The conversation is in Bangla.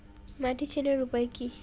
মাটি চেনার উপায় কি?